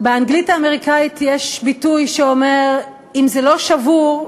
באנגלית האמריקנית יש ביטוי שאומר: אם זה לא שבור,